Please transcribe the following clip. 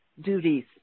duties